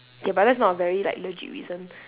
okay but that's not a very like legit reason